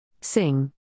sing